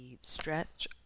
stretch